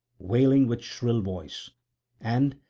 wailing with shrill voice and,